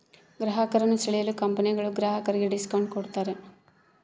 ಗ್ರಾಹಕರನ್ನು ಸೆಳೆಯಲು ಕಂಪನಿಗಳು ಗ್ರಾಹಕರಿಗೆ ಡಿಸ್ಕೌಂಟ್ ಕೂಡತಾರೆ